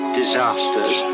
disasters